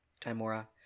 Timora